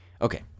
Okay